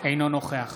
אינו נוכח